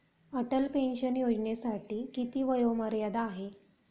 Atal pension योजनेसाठी किती वयोमर्यादा आहे?